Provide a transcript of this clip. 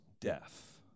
death